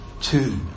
Two